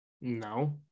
No